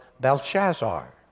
Belshazzar